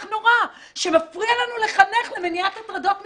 נורא שמפריע לנו לחנך למניעת הטרדות מיניות.